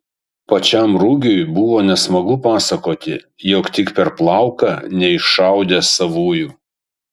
pačiam rugiui buvo nesmagu pasakoti jog tik per plauką neiššaudė savųjų